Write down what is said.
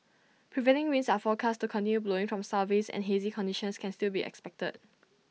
prevailing winds are forecast to continue blowing from Southeast and hazy conditions can still be expected